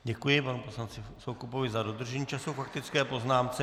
Děkuji panu poslanci Soukupovi za dodržení času k faktické poznámce.